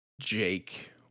Jake